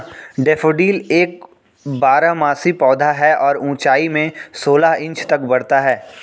daffodil एक बारहमासी पौधा है और ऊंचाई में सोलह इंच तक बढ़ता है